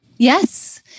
Yes